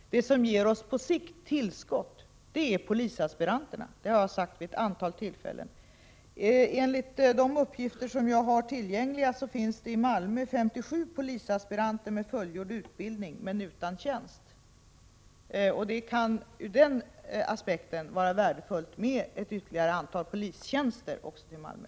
Vad som på sikt ger oss ett tillskott är det ökade antalet polisaspiranter. Det har jag sagt vid ett antal tillfällen. Enligt de uppgifter som jag har tillgängliga finns det i Malmö 57 polisaspiranter med fullgjord utbildning, men utan tjänst. Det kan ur den aspekten vara värdefullt med ett ytterligare antal polistjänster också i Malmö.